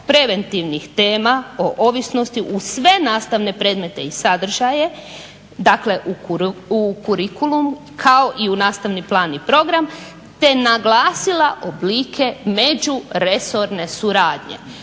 edukativno-preventivnih tema o ovisnosti u sve nastavne predmete i sadržaje, dakle u kurikulum, kao i u nastavni plan i program, te naglasila oblike međuresorne suradnje.